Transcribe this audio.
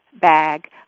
bag